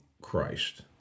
Christ